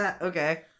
Okay